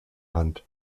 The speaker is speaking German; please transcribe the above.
hand